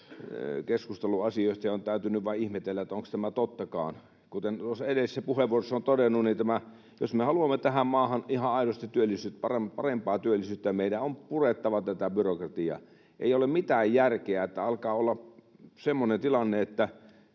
keskustellut asioista, ja on täytynyt vain ihmetellä, onko tämä tottakaan. Kuten edellisissä puheenvuoroissa olen todennut, niin jos me haluamme tähän maahan ihan aidosti parempaa työllisyyttä, meidän on purettava tätä byrokratiaa. Ei ole mitään järkeä, että alkaa olla semmoinen tilanne, että